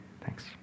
Thanks